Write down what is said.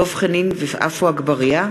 דב חנין ועפו אגבאריה,